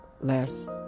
less